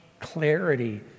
clarity